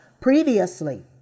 previously